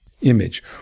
image